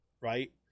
right